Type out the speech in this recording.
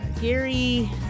Gary